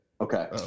Okay